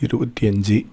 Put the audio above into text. இருபத்தி அஞ்சு